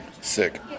Sick